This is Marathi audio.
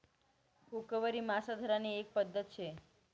हुकवरी मासा धरानी एक पध्दत शे